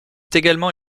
également